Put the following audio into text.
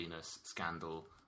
scandal